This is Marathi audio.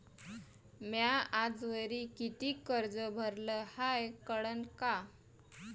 म्या आजवरी कितीक कर्ज भरलं हाय कळन का?